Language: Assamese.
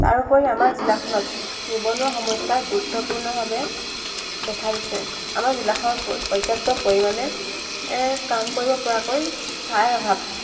তাৰোপৰিও আমাৰ জিলাখনত নিবনুৱা সমস্যাই গুৰুত্বপূৰ্ণভাৱে দেখা দিছে আমাৰ জিলাখনত পৰ্যাপ্ত পৰিমাণে কাম কৰিব পৰাকৈ ঠাইৰ অভাৱ